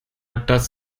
das